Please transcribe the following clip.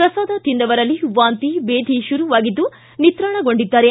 ಪ್ರಸಾದ ತಿಂದವರಲ್ಲಿ ವಾಂತಿ ಬೇಧಿ ಶುರುವಾಗಿದ್ದು ನಿತ್ರಾಣಗೊಂಡಿದ್ದಾರೆ